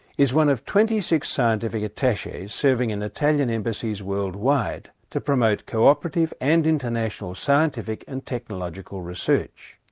is one of twenty six scientific attaches serving in italian embassies worldwide to promote cooperative and international scientific and technological research.